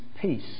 peace